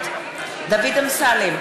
נגד דוד אמסלם,